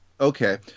Okay